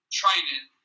training